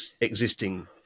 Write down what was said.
existing